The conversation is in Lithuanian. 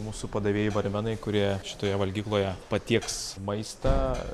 mūsų padavėjai barmenai kurie šitoje valgykloje patieks maistą